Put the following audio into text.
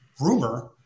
rumor